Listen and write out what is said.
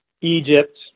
Egypt